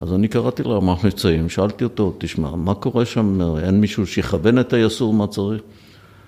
‫אז אני קראתי להמח מבצעים, ‫שאלתי אותו, תשמע, ‫מה קורה שם, ‫אין מישהו שיכוון את היסור, מה צריך?